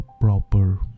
proper